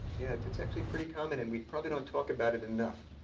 yeah. it's it's actually pretty common, and we probably don't talk about it enough.